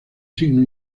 signo